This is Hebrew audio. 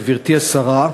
גברתי השרה,